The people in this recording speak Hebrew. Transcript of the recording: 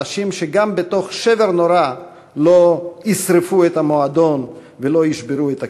אנשים שגם בתוך שבר נורא לא ישרפו את המועדון ולא ישברו את הכלים.